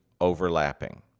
overlapping